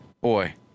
boy